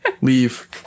Leave